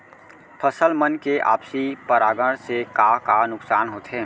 फसल मन के आपसी परागण से का का नुकसान होथे?